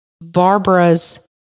Barbara's